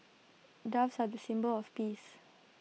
doves are the symbol of peace